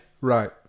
Right